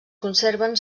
conserven